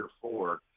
four